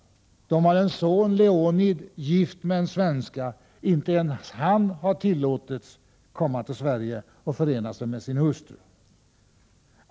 De har en son, Leonid, gift med en svenska, och inte ens han har tillåtits att komma till Sverige och förena sig med sin hustru.